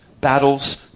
battles